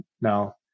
now